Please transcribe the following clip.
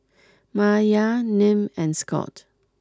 Maia Nim and Scot